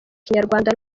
kinyarwanda